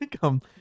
Come